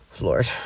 lord